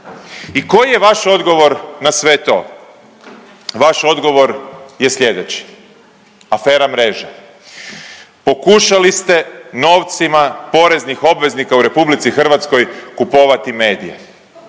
I koji je vaš odgovor na sve to? Vaš odgovor je sljedeći – afera „Mreža“. Pokušali ste novcima poreznih obveznika u Republici Hrvatskoj kupovati medije,